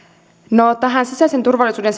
no tähän sisäisen turvallisuuden